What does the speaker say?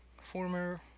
former